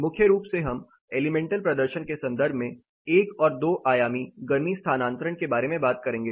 मुख्य रूप से हम एलिमेंटल प्रदर्शन के संदर्भ में 1 और 2 आयामी गर्मी स्थानांतरण के बारे में बात करेंगे